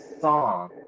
song